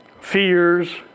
fears